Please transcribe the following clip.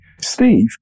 Steve